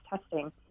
testing